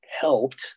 helped